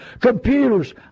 computers